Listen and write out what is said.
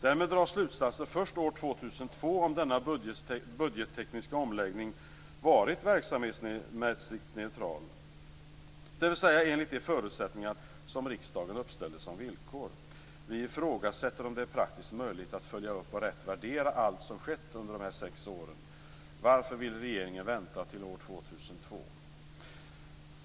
Därmed dras slutsatser först år 2002 om huruvida denna budgettekniska omläggning varit verksamhetsmässigt neutral, dvs. enligt de förutsättningar som riksdagen uppställde som villkor. Vi ifrågasätter om det är praktiskt möjligt att följa upp och rätt värdera allt som skett under de sex åren. Varför vill regeringen vänta till år 2002?